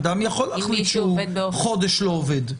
אדם יכול להחליט שהוא חודש לא עובד.